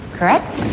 Correct